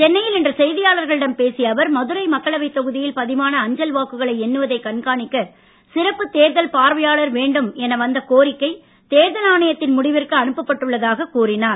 சென்னையில் இன்று செய்தியாளர்களிடம் பேசிய அவர் மதுரை மக்களவை தொகுதியில் பதிவான அஞ்சல் வாக்குகளை எண்ணுவதை கண்காணிக்க சிறப்பு தேர்தல் பார்வையாளர் வேண்டும் என வந்த கோரிக்கை தேர்தல் ஆணையத்தின் முடிவிற்கு அனுப்பப்பட்டுள்ளதாக கூறினார்